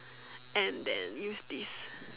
and then use this